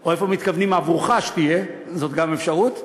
או איפה מתכוונים עבורך שתהיה, זאת גם אפשרות,